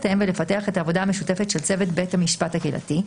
לתאם ולפתח את העבודה המשותפת של צוות בית המשפט הקהילתי.